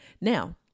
Now